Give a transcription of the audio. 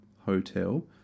hotel